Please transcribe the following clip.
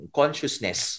consciousness